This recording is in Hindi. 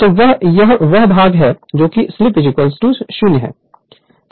तो यह वह भाग है जो स्लीप 0 है